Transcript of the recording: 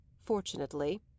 fortunately